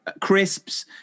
crisps